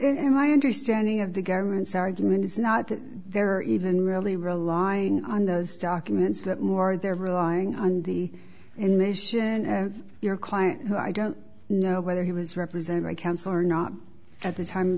and my understanding of the government's argument is not that they're even really relying on those documents but more they're relying on the in mission and your client who i don't know whether he was represented by counsel or not at the time